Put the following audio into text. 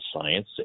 science